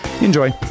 enjoy